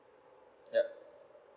yup